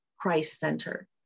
Christ-centered